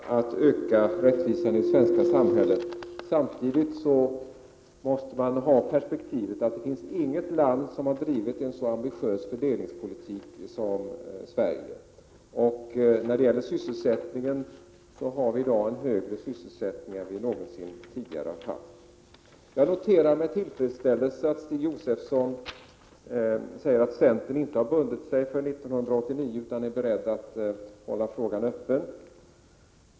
Herr talman! Det finns mycket att göra för att öka rättvisan i det svenska samhället. Samtidigt måste man ha perspektivet att inget land har bedrivit en så ambitiös fördelningspolitik som Sverige. Vi har vidare en sysselsättning som i dag är högre än den någonsin tidigare varit. Jag noterar med tillfredsställelse att Stig Josefson säger att centern inte har bundit sig för 1989 utan är beredd att hålla frågan öppen.